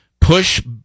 push